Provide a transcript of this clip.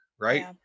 right